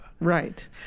Right